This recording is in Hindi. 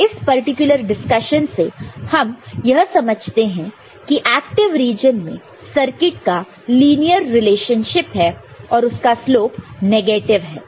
तो इस पर्टिकुलर डिस्कशन से हम यह समझते हैं की एक्टिव रीजन में सर्किट का लीनियर रिलेशनशिप है और उसका स्लोप नेगेटिव है